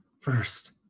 first